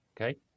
Okay